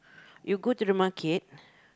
you go to the market